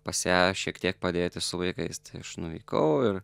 pas ją šiek tiek padėti su vaikais tai aš nuvykau ir